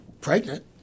pregnant